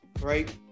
right